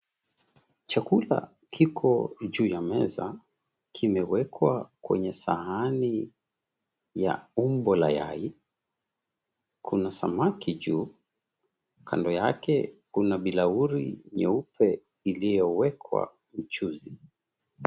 Chakula kiko juu ya meza. kimewekwa kwenye sahani ya umbo la yai. Kuna samaki juu, kando yake kuna bilauri nyeupe iliyowekwa mchuzi.